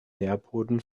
nährboden